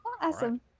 Awesome